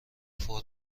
فرم